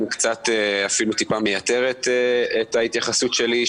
קצת אפילו טיפה מייתרת את ההתייחסות שלי.